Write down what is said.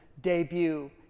debut